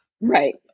Right